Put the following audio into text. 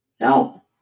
No